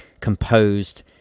composed